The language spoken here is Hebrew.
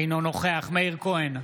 אינו נוכח מאיר כהן,